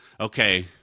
okay